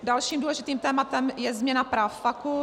Dalším důležitým tématem je změna práv fakult.